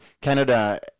Canada